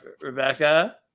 Rebecca